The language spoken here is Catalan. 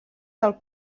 del